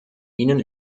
ihnen